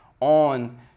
on